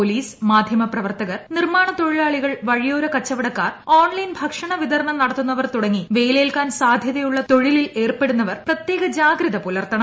police മാധ്യമ പ്രവർത്തകർ നിർമാണ തൊഴിലാളികൾ വഴിയോര കച്ചവടക്കാർ ഓൺലൈൻ ഭക്ഷണ വിതരണം നടത്തുന്നവർ തുടങ്ങി വെയിലേൽക്കാൻ സാധൃതയുള്ള തൊഴിലിൽ ഏർപ്പെടുന്നവർ പ്രത്യേക ജാഗ്രത പുലർത്തണം